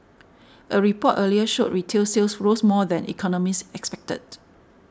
a report earlier showed retail sales rose more than economists expected